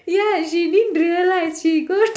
ya she didn't realise she go